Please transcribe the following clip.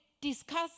discuss